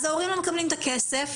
אז ההורים לא מקבלים את הכסף,